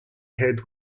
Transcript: head